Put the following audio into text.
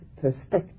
perspective